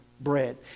bread